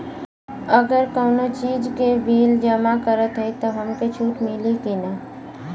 अगर कउनो चीज़ के बिल जमा करत हई तब हमके छूट मिली कि ना?